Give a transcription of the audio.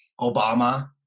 Obama